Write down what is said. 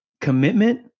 commitment